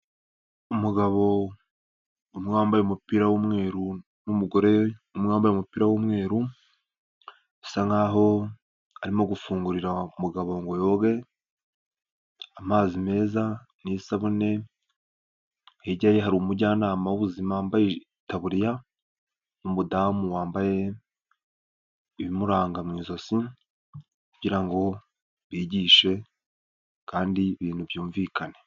Umugabo umwe wambaye umupira w'umweru, n'umugore umwe wambaye umupira w'umweru, bisa nkaho arimo gufungurira umugabo ngo yoge, amazi meza n'isabune, hiryaye hari umujyanama w'ubuzima wambaye itaburiya, umudamu wambaye ibimuranga mu ijosi, kugira ngo bigishe kandi ibintu byumvikane.